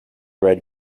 red